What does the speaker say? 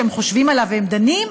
שהם חושבים עליו והם דנים,